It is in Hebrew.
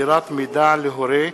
(מסירת מידע להורה),